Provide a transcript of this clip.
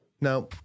Now